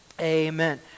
Amen